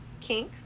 kink